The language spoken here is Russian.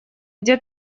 где